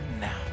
now